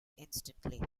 instantly